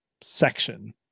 section